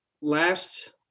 last